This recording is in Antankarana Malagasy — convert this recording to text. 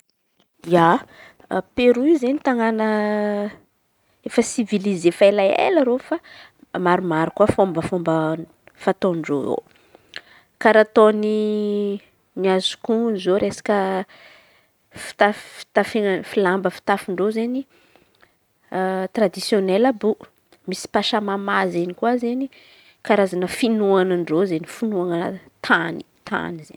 Ia, Peroa izen̈y tanàna efa sivilize efa ela ela reo fa maromaro koa fomba fomba fataon-dreo ao. Karà ataôny ny azoko onony zao resaky fi- tafy lamba fitafian-dreo izen̈y tradisiônely àby reo. Misy pasamama izen̈y koa izen̈y Karazan̈a finoanan-dreo finoana tan̈y tan̈y zay.